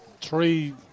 three